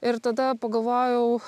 ir tada pagalvojau